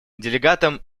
делегатам